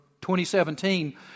2017